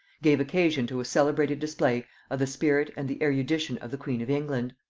gave occasion to a celebrated display of the spirit and the erudition of the queen of england.